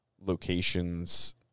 locations